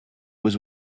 was